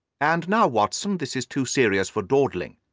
and now, watson, this is too serious for dawdling,